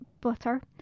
butter